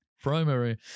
primary